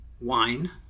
Wine